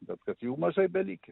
bet kad jų mažai belikę